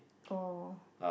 oh